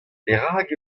perak